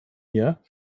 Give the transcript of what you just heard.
mir